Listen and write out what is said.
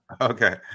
Okay